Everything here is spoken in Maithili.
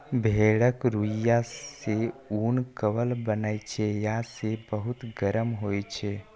भेड़क रुइंया सं उन, कंबल बनै छै आ से बहुत गरम होइ छै